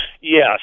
Yes